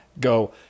go